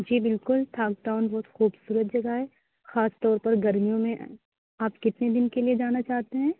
جی بالکل تھاکڈاؤن بہت خوبصورت جگہ ہے خاص طور پر گرمیوں میں آپ کتنے دن کے لیے جانا چاہتے ہیں